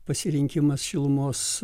pasirinkimas šilumos